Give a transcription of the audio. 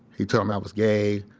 he told em i was gay.